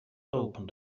opened